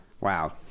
Wow